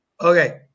Okay